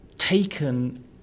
taken